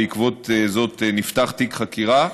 בעקבות זאת נפתח תיק חקירה.